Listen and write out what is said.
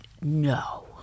no